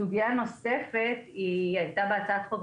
סוגיה נוספת הייתה בהצעת החוק,